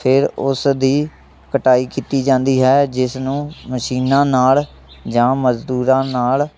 ਫਿਰ ਉਸ ਦੀ ਕਟਾਈ ਕੀਤੀ ਜਾਂਦੀ ਹੈ ਜਿਸ ਨੂੰ ਮਸ਼ੀਨਾਂ ਨਾਲ਼ ਜਾਂ ਮਜ਼ਦੂਰਾਂ ਨਾਲ਼